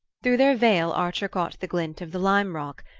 through their veil archer caught the glint of the lime rock,